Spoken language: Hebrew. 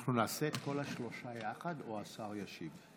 אנחנו נעשה את כל השלושה יחד או השר ישיב?